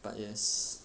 but yes